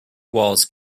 walls